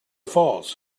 falls